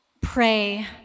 pray